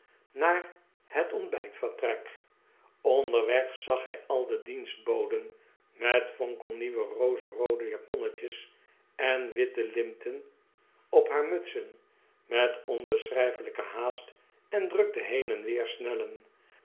naar het ontbijtvertrek onderweg zag hij al de dienstboden met fonkelnieuwe rozeroode japonnetjes en witte linten op haar mutsen met onbeschrijfelijke haast en drukte heen en weer snellen